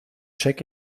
check